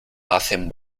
hacen